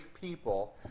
people